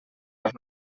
las